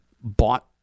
bought